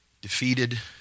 defeated